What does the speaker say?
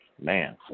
Man